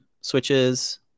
switches